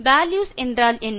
values என்றால் என்ன